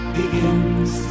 begins